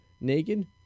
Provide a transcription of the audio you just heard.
naked